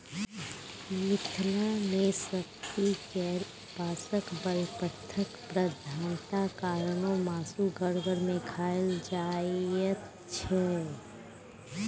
मिथिला मे शक्ति केर उपासक बला पंथक प्रधानता कारणेँ मासु घर घर मे खाएल जाइत छै